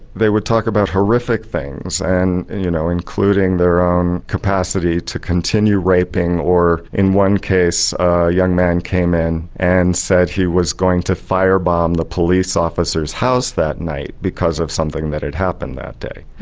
they would talk about horrific things and and you know including their own capacity to continue raping or, in one case, a young man came in and said he was going to fire-bomb the police officer's house that night because of something that had happened that day.